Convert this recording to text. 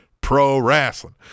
pro-wrestling